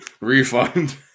Refund